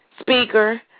speaker